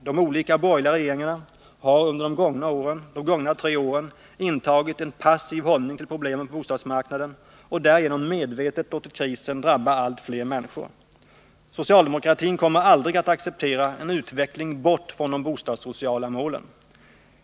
De olika borgerliga regeringarna har under de gångna tre åren intagit en passiv hållning till problemen på bostadsmarknaden och därigenom medvetet låtit krisen drabba allt fler människor. Socialdemokratin kommer aldrig att acceptera en utveckling bort från de bostadssociala målen.